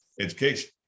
education